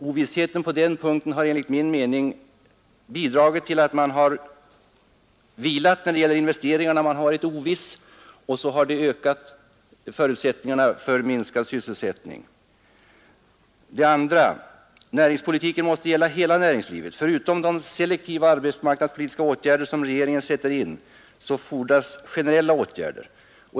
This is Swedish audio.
Ovissheten på den punkten har enligt min mening bidragit till att man har vilat när det gäller investeringarna, man har varit oviss, och så har resultatet blivit minskad sysselsättning. Det andra: Näringspolitiken måste gälla hela näringslivet. Förutom de selektiva arbetsmarknadspolitiska åtgärder som regeringen sätter in fordras generella åtgärder.